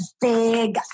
big